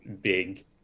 big